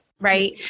Right